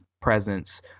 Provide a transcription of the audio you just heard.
presence